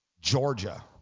Georgia